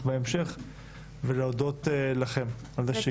בהמשך ואני רוצה להודות גם לכם על כך שהגעתם.